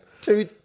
two